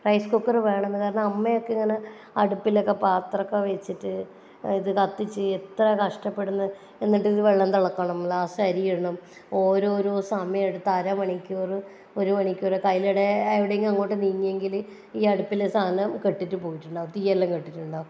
rice cooker വേണമെന്ന് കാരണം അമ്മയൊക്കെ ഇങ്ങനെ അടുപ്പിലൊക്കെ പാത്രമൊക്കെ വെച്ചിട്ട് ഇത് കത്തിച്ച് എത്ര കഷ്ട്ടപ്പെടുന്നു എന്നിട്ട് ഈ വെള്ളം തിളയ്ക്കണം ലാസ്റ്റ് അരിയിടണം ഓരോരോ സമയമെടുത്ത് അരമണിക്കൂർ ഒരുമണിക്കൂർ ഒക്കെ അതിനിടെ എവിടെയെങ്കിലും അങ്ങോട്ട് നീങ്ങിയെങ്കിൽ ഈ അടുപ്പിലെ സാധനം കെട്ടിട്ട് പോയിട്ടുണ്ടാകും തീയെല്ലാം കെട്ടിട്ടുണ്ടാകും